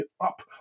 up